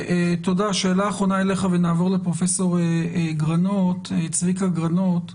שאלה אחרונה אליך ונעבור לפרופ' צביקה גרנות.